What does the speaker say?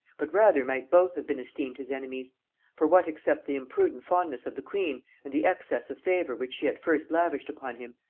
but rather might both have been esteemed his enemies for what except the imprudent fondness of the queen, and the excess of favor which she at first lavished upon him,